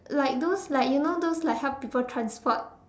like those like you know those like help people transport